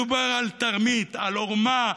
מדובר על תרמית, על עורמה,